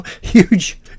huge